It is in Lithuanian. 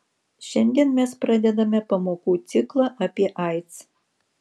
šiandien mes pradedame pamokų ciklą apie aids